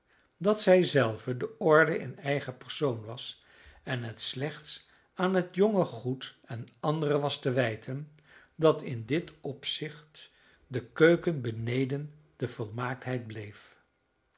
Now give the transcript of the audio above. dat zij zelve de orde in eigen persoon was en het slechts aan het jonge goed en anderen was te wijten dat in dit opzicht de keuken beneden de volmaaktheid bleef